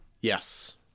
Yes